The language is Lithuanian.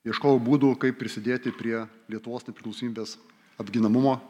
ieškojau būdų kaip prisidėti prie lietuvos nepriklausomybės apginamumo